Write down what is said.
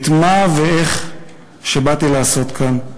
את מה ואיך שבאתי לעשות כאן.